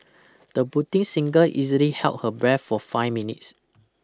the budding singer easily held her breath for five minutes